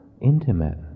intimate